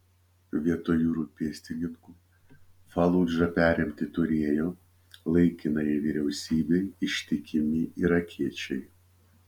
vietoj jūrų pėstininkų faludžą perimti turėjo laikinajai vyriausybei ištikimi irakiečiai